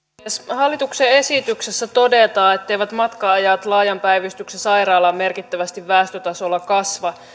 hallituksen esityksessä todetaan etteivät matka ajat laajan päivystyksen sairaalaan merkittävästi väestötasolla kasva